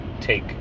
take